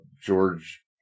George